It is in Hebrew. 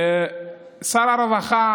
ששר הרווחה